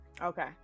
Okay